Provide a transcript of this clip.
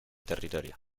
territorio